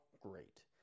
great